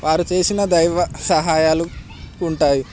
వారు చేసిన దైవ సహాయాలు ఉంటాయి